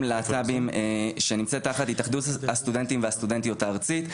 להט"בים שנמצאת תחת ארגון הסטודנטים והסטודנטיות הארצית,